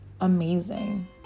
amazing